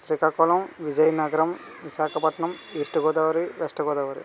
Srikakulam Vizianagaram Visakhapatnam east Godavari west Godavari